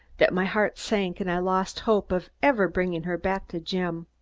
that my heart sank and i lost hope of ever bringing her back to jim.